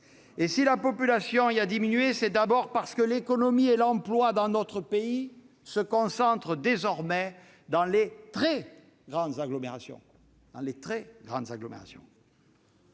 Et si la population y a diminué, c'est d'abord parce que l'économie et l'emploi dans notre pays se concentrent désormais dans les très grandes agglomérations.